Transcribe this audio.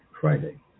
Friday